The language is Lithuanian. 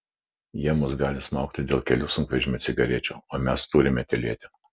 jie mus gali smaugti dėl kelių sunkvežimių cigarečių o mes turime tylėti